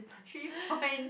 three points